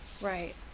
right